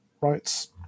Rights